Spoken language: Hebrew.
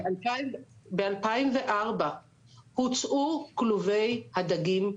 שב-2004 הוצאו כלובי הדגים מהים,